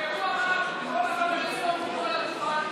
זה הוא אמר, כל החברים שלו אמרו על הדוכן,